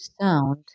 sound